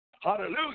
Hallelujah